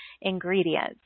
ingredients